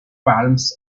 palms